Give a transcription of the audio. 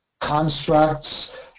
constructs